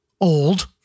Old